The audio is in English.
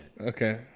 Okay